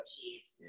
cheese